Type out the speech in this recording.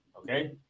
okay